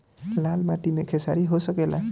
लाल माटी मे खेसारी हो सकेला?